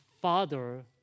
father